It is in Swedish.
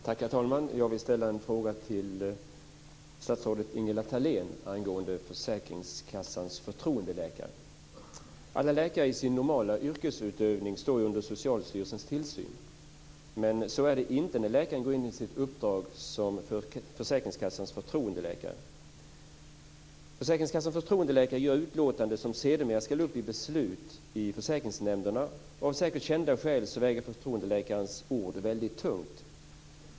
Herr talman! Jag vill ställa en fråga till statsrådet Ingela Thalén angående försäkringskassans förtroendeläkare. Alla läkare står i sin normala yrkesutövning under Socialstyrelsens tillsyn. Men så är det inte när läkaren går in i sitt uppdrag som försäkringskassans förtroendeläkare. Försäkringskassans förtroendeläkare gör utlåtanden som det sedermera ska fattas beslut om i försäkringsnämnderna. Av säkert kända skäl väger förtroendeläkarens ord väldigt tungt.